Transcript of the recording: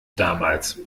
damals